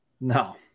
No